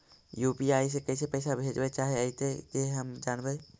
UPI से कैसे पैसा भेजबय चाहें अइतय जे हम जानबय?